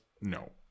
no